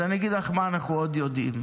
אז אני אגיד לך מה אנחנו עוד יודעים,